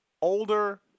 older